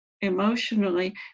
emotionally